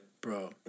Bro